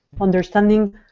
understanding